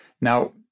Now